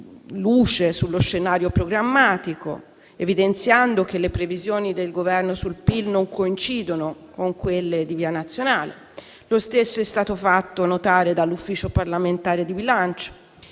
luce sullo scenario programmatico, evidenziando che le previsioni del Governo sul PIL non coincidono con quelle di via Nazionale. Lo stesso è stato fatto notare dall'Ufficio parlamentare di bilancio.